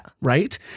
Right